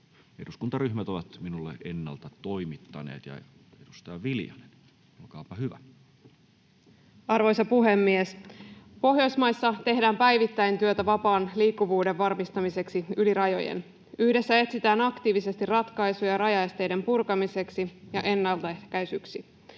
selonteko pohjoismaisista rajaesteistä Time: 17:10 Content: Arvoisa puhemies! Pohjoismaissa tehdään päivittäin työtä vapaan liikkuvuuden varmistamiseksi yli rajojen. Yhdessä etsitään aktiivisesti ratkaisuja rajaesteiden purkamiseksi ja ennaltaehkäisemiseksi.